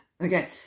okay